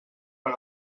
per